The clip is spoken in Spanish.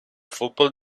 fútbol